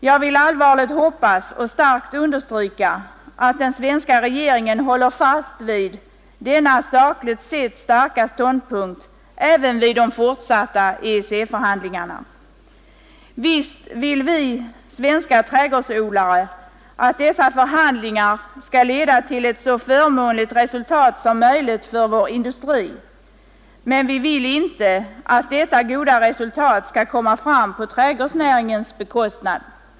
Jag vill allvarligt hoppas och kraftigt understryka vikten av att den svenska regeringen håller fast vid denna sakligt sett starka ståndpunkt även vid de fortsatta EEC-förhandlingarna. Visst vill vi svenska trädgårdsodlare att dessa förhandlingar skall leda till ett så förmånligt resultat som möjligt för vårt lands industri, men vi vill inte att detta goda resultat skall komma fram på trädgårdsnäringens bekostnad.